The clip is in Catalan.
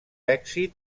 èxit